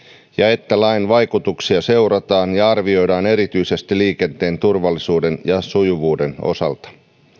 ja että lain vaikutuksia seurataan ja arvioidaan erityisesti liikenteen turvallisuuden ja sujuvuuden osalta